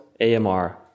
AMR